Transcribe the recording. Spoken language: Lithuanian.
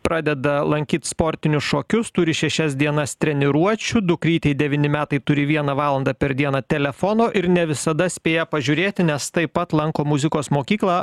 pradeda lankyt sportinius šokius turi šešias dienas treniruočių dukrytei devyni metai turi vieną valandą per dieną telefono ir ne visada spėja pažiūrėti nes taip pat lanko muzikos mokyklą